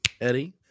Eddie